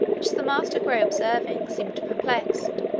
which the master gray observing, seemed perplexed,